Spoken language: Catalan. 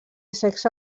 sexe